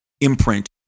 imprint